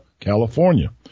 California